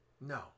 No